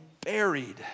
buried